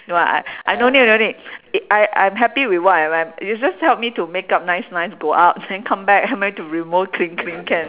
no I I I no need no need I I'm happy with what I am you just help me to makeup nice nice go out then come back help to remove clean clean can